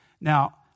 Now